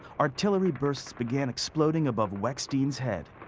artillery bursts began exploding above weckstein's head.